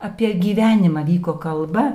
apie gyvenimą vyko kalba